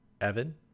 Evan